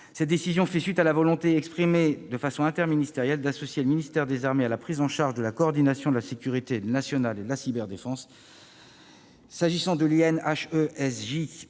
Cette décision fait suite à la volonté interministérielle d'associer le ministère des armées à la prise en charge de la coordination de la sécurité nationale et de la cyberdéfense. Je réponds aux